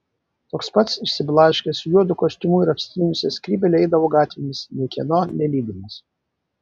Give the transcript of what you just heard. toks pat išsiblaškęs juodu kostiumu ir apsitrynusia skrybėle eidavo gatvėmis niekieno nelydimas